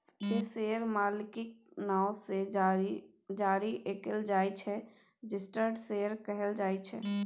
जे शेयर मालिकक नाओ सँ जारी कएल जाइ छै रजिस्टर्ड शेयर कहल जाइ छै